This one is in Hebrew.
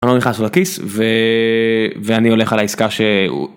ואני הולך על העסקה שהוא.